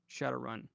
Shadowrun